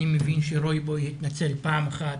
אני מבין שרוי בוי התנצל פעם אחת,